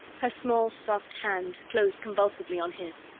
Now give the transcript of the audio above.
her small soft hand closed convulsively on his,